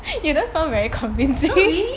you don't sound very convincing